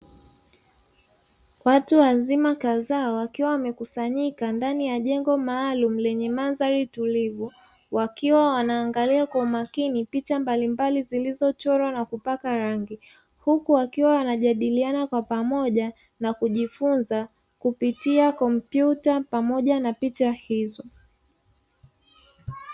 Watu wazima kadhaa, wakiwa wamekusanyika ndani ya jengo maalumu lenye mandhari tulivu, wakiwa wanaangalia kwa umakini picha mbalimbali zilizochorwa na kupakwa rangi; huku wakiwa wanajadiliana kwa pamoja na kujifunza kupitia kompyuta pamoja na picha hizo.